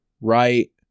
right